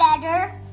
better